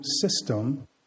system